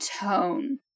tone